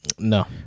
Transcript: No